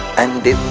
and